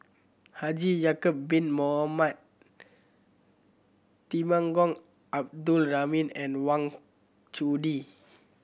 Haji Ya'acob Bin Mohamed Temenggong Abdul Rahman and Wang Chunde